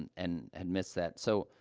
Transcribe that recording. and and and missed that. so,